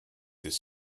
this